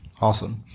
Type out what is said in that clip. Awesome